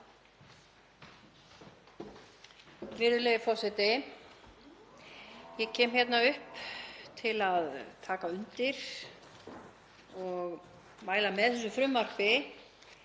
Virðulegi forseti. Ég kem hérna upp til að taka undir og mæla með þessu frumvarpi.